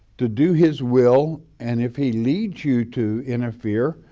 to do his will and if he leads you to interfere,